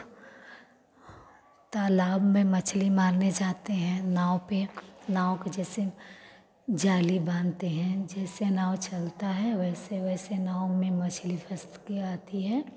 तालाब में मछली मारने जाते हैं नाव पर नाव के जैसे जाली बाँधते हैं जैसे नाव चलता है वैसे वैसे नाव में मछली फँस कर आती है